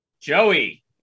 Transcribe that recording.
Joey